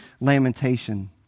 lamentation